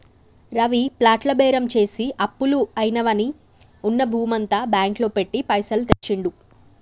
రవి ప్లాట్ల బేరం చేసి అప్పులు అయినవని ఉన్న భూమంతా బ్యాంకు లో పెట్టి పైసలు తెచ్చిండు